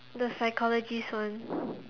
the psychologist one